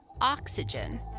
oxygen